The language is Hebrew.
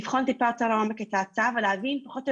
לבחון טיפה יותר לעומק את ההצעה ולהבין פחות או